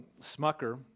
Smucker